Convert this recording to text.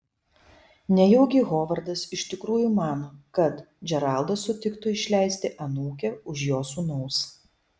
nejaugi hovardas iš tikrųjų mano kad džeraldas sutiktų išleisti anūkę už jo sūnaus